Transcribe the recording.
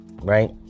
Right